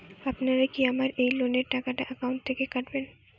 আপনারা কি আমার এই লোনের টাকাটা একাউন্ট থেকে কাটবেন?